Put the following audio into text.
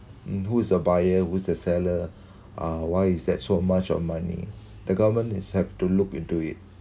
and who's the buyer who's the seller uh why is that so much of money the government is have to look into it